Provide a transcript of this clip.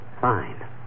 Fine